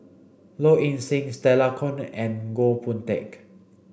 Low Ing Sing Stella Kon and Goh Boon Teck